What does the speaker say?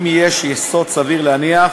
אם יש יסוד סביר להניח